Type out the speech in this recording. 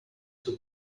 too